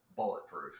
Bulletproof